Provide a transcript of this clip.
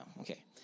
Okay